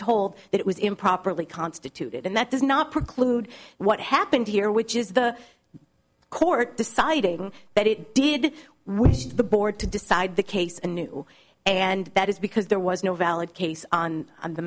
told that it was improperly constituted and that does not preclude what happened here which is the court deciding that it did wish the board to decide the case and new and that is because there was no valid case on the